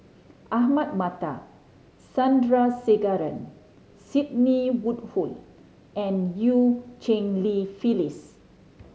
Ahmad Mattar Sandrasegaran Sidney Woodhull and Eu Cheng Li Phyllis